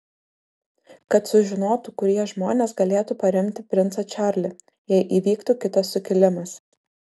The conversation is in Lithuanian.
kad sužinotų kurie žmonės galėtų paremti princą čarlį jei įvyktų kitas sukilimas